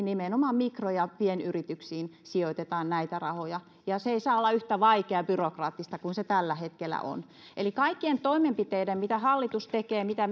nimenomaan mikro ja pienyrityksiin sijoitetaan näitä rahoja se ei saa olla yhtä vaikeaa ja byrokraattista kuin se tällä hetkellä on eli kaikkien toimenpiteiden mitä hallitus tekee mitä